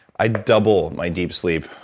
i double my deep sleep,